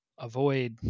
avoid